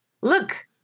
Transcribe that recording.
look